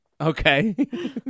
Okay